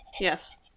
Yes